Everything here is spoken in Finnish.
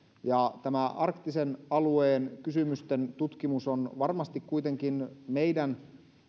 tämä arktisen alueen kysymysten tutkimus on varmasti kuitenkin meidän